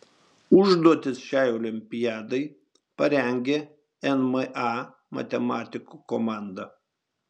užduotis šiai olimpiadai parengė nma matematikų komanda